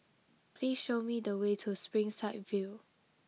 please show me the way to Springside View